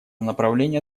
направление